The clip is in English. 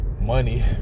money